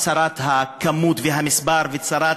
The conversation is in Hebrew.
צרת הכמות והמספר וצרת